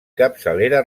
capçalera